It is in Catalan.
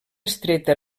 estreta